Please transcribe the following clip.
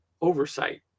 oversight